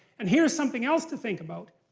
and here's something else to think about,